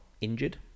injured